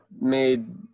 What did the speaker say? made